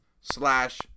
slash